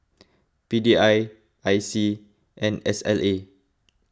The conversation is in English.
P D I I C and S L A